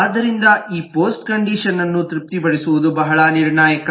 ಆದ್ದರಿಂದ ಈ ಪೋಸ್ಟ್ಕಂಡಿಷನ್ ಅನ್ನು ತೃಪ್ತಿಪಡಿಸುವುದು ಬಹಳ ನಿರ್ಣಾಯಕ